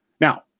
Now